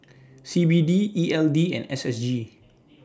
C B D E L D and S S G